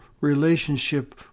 relationship